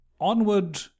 Onward